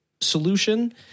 solution